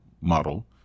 model